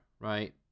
right